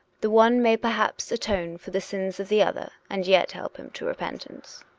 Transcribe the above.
the one may perhaps atone for the sins of the other, and yet help him to repentance.